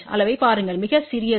அளவைப் பாருங்கள் மிகச் சிறியது